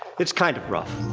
it's kind of rough.